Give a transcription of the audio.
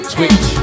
Twitch